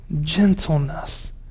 Gentleness